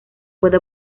puede